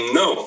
no